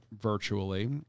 virtually